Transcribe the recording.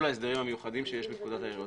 ההסדרים המיוחדים שיש לפקודת העירית.